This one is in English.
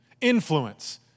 influence